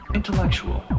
...intellectual